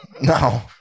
no